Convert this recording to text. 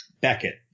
Beckett